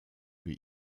für